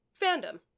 fandom